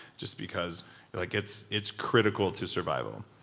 just because like it's it's critical to survival.